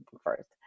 first